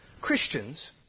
Christians